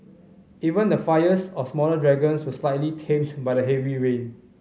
even the fires of the smaller dragons were slightly tamed by the heavy rain